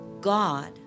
God